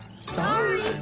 Sorry